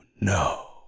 no